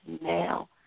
now